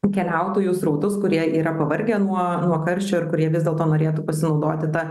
keliautojų srautus kurie yra pavargę nuo karščio ir kurie vis dėlto norėtų pasinaudoti ta